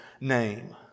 name